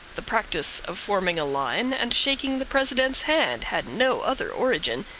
the practice of forming a line and shaking the president's hand had no other origin,